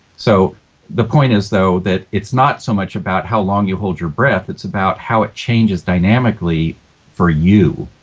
so the point is though that it's not so much about how long you hold your breath, it's about how it changes dynamically for you.